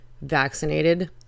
Vaccinated